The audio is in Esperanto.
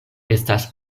estas